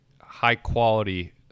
high-quality